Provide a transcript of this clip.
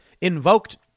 invoked